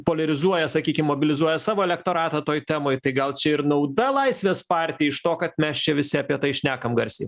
poliarizuoja sakykim mobilizuoja savo elektoratą toj temoj tai gal čia ir nauda laisvės partijai iš to kad mes čia visi apie tai šnekam garsiai